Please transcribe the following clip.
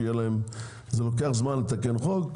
זה לוקח זמן לתקן חוק,